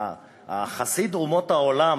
חסיד אומות העולם,